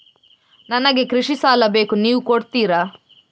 ನನಗೆ ಕೃಷಿ ಸಾಲ ಬೇಕು ನೀವು ಕೊಡ್ತೀರಾ?